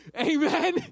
Amen